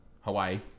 Hawaii